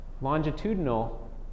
longitudinal